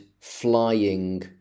flying